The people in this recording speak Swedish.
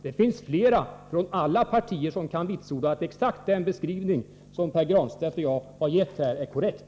Det finns flera från alla partier som kan vitsorda att exakt den beskrivning som Pär Granstedt och jag har gett här är korrekt.